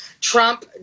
Trump